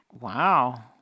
Wow